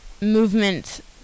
movement